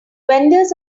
vendors